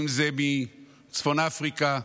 אם זה מצפון אפריקה,